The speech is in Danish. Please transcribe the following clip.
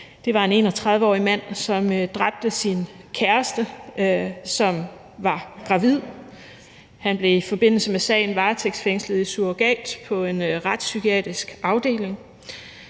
Det var en 31-årig mand, som dræbte sin kæreste, som var gravid. Han blev i forbindelse med sagen varetægtsfængslet i surrogat på en retspsykiatrisk afdeling.